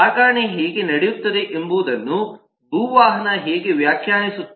ಸಾಗಣೆ ಹೇಗೆ ನಡೆಯುತ್ತದೆ ಎಂಬುದನ್ನು ಭೂ ವಾಹನ ಹೇಗೆ ವ್ಯಾಖ್ಯಾನಿಸುತ್ತದೆ